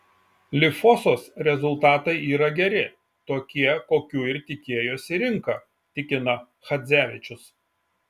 lifosos rezultatai yra geri tokie kokių ir tikėjosi rinka tikina chadzevičius